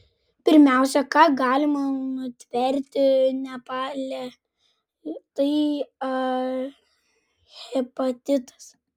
pirmiausia ką galima nutverti nepale tai a hepatitas